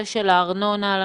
הארנונה,